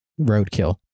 roadkill